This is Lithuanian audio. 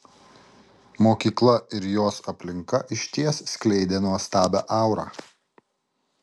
mokykla ir jos aplinka išties skleidė nuostabią aurą